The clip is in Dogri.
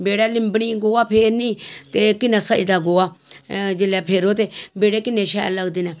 बेह्ड़ै लिम्भनी बेह्ड़ै गोहा फेरनी ते किन्ना सज़दा गोहा जिसलै फेरो ते बेह्ड़े किन्ने शैल लगदे न